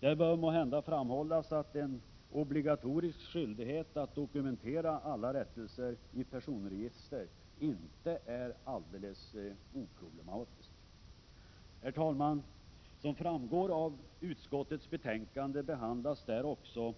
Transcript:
Det bör måhända framhållas att en obligatorisk skyldighet att dokumentera alla rättelser i personregister inte är alldeles oproblematisk. Herr talman! I utskottets betänkande behandlas också